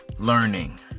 learning